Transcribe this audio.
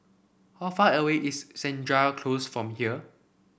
how far away is Senja Close from here